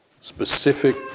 specific